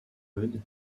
eudes